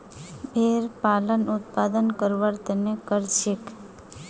भेड़ पालन उनेर उत्पादन करवार तने करछेक